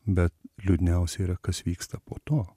bet liūdniausia yra kas vyksta po to